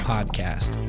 Podcast